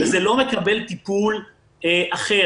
וזה לא מקבל טיפול אחר.